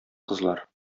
кызлар